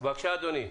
בבקשה, אדוני.